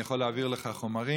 אני יכול להעביר לך חומרים,